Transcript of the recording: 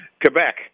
Quebec